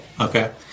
Okay